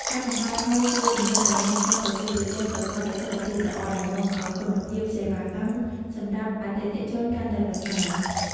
ការបង្កើតថ្មីជួយជំរុញឱ្យមានការប្រកួតប្រជែងប្រកបដោយសុខភាពល្អ ដែលនាំឱ្យគុណភាពសេវាកម្មសម្រាប់អតិថិជនកាន់តែប្រសើរ។